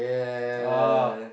oh